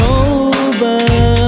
over